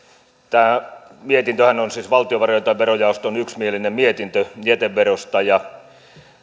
tämä mietintöhän on siis valtiovarainvaliokunnan verojaoston yksimielinen mietintö jäteverosta ja